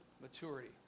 maturity